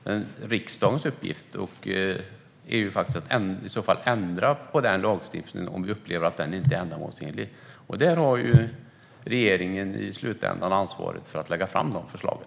Men vår uppgift i riksdagen är faktiskt att ändra på lagstiftningen om vi upplever att den inte är ändamålsenlig. Där har regeringen i slutändan ansvaret för att lägga fram förslagen.